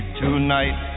tonight